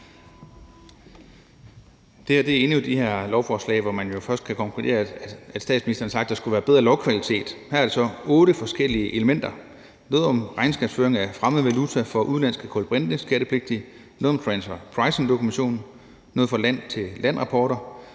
endnu et af de her lovforslag, hvor man jo først kan konkludere, at statsministeren har sagt, at der skulle være bedre lovkvalitet. Her er der så otte forskellige elementer – noget om regnskabsføring af fremmed valuta for udenlandske kulbrinteskattepligtige, transfer pricing-dokumentation, noget om land til land-rapporter.